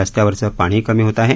रस्त्यावरचं पाणीही कमी होत आहे